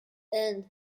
end